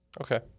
okay